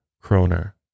kroner